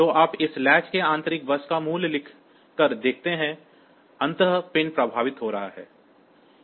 तो आप इस लैच के लिए आंतरिक बस का मूल्य लिखकर देखते हैं अंततः पिन प्रभावित हो रहा है